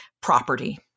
property